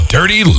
Dirty